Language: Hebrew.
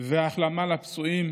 ולאחל החלמה לפצועים